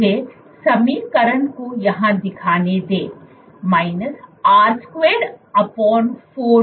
मुझे समीकरण को यहाँ लिखने दे R24µ δpδx1 rR2